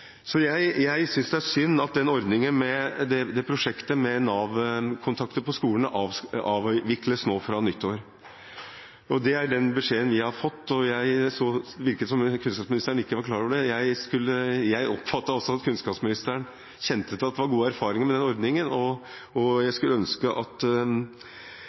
er synd at prosjektet med Nav-kontakter på skolen avvikles nå fra nyttår. Det er den beskjeden vi har fått. Det virket som om kunnskapsministeren ikke var klar over det. Jeg oppfattet også at kunnskapsministeren kjente til at det var gode erfaringer med den ordningen, og jeg skulle be kunnskapsministeren om regjeringen kan se nærmere på erfaringene med det prosjektet, og